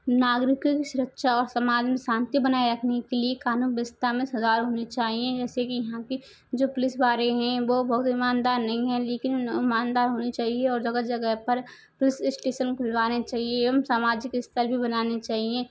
नागरिकों की सुरक्षा और समाज में शांति बनाए रखने के लिए कानून व्यवस्था में सुधार होने चाहिए जैसे कि यहाँ के जो पुलिस वाले हैं वो बहुत ईमानदार नहीं है लेकिन ईमानदार होने चाहिए और जगह जगह पर पुलिस इस्टेसन खुलवाने चाहिए एवं सामाजिक स्थल भी बनाने चाहिए